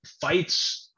fights